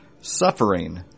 suffering